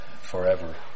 forever